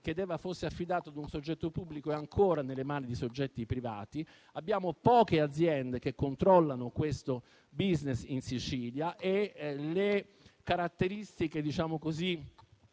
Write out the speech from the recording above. chiedeva fosse affidata ad un soggetto pubblico è ancora nelle mani di soggetti privati; poche aziende controllano questo *business* in Sicilia e le caratteristiche di territorio